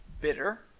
bitter